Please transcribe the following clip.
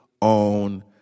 on